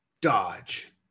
Dodge